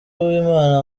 uwimana